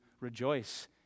rejoice